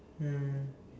mm